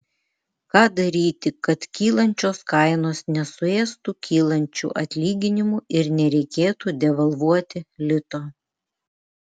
ką daryti kad kylančios kainos nesuėstų kylančių atlyginimų ir nereikėtų devalvuoti lito